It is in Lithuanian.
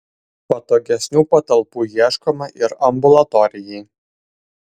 patogesnių patalpų ieškoma ir ambulatorijai